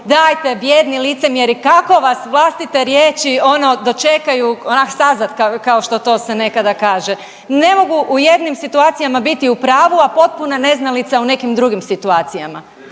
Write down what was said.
Dajte bijedni licemjeri kako vas vlastite riječi ono dočekaju, ona staza, kao, kao što to se nekada kaže. Ne mogu u jednim situacijama biti u pravu, a potpune neznalice u nekim drugim situacijama,